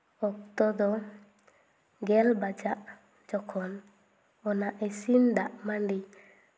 ᱚᱠᱛᱚ ᱫᱚ ᱜᱮᱞ ᱵᱟᱡᱟᱜ ᱡᱚᱠᱷᱚᱱ ᱚᱱᱟ ᱤᱥᱤᱱ ᱫᱟᱜᱢᱟᱹᱰᱤ